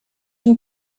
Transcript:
une